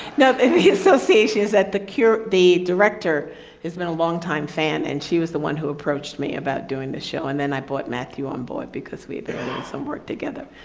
no, the association is at the cure. the director has been a longtime fan and she was the one who approached me about doing the show. and then i bought matthew on board because we have and some work together.